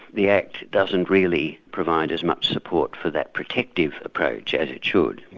the act doesn't really provide as much support for that protective approach, as it should.